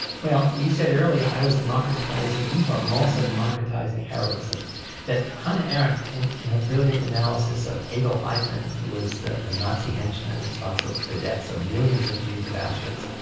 well you said earlier i was democratising evil, i'm also democratising heroism that hannah arendt in in her brilliant analysis of adolf eichmann, who was the the nazi henchman responsible for the deaths of millions of jews at auschwitz,